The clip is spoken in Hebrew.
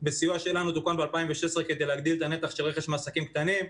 בסיוע שלנו תוקן ב-2016 כדי להגדיל את הנתח של רכש מעסקים קטנים.